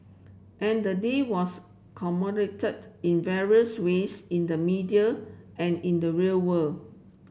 and the day was commemorated in various ways in the media and in the real world